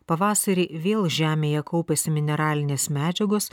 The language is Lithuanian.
pavasarį vėl žemėje kaupiasi mineralinės medžiagos